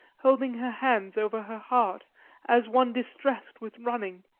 holding her hands over her heart as one distressed with running.